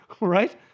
Right